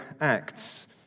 Acts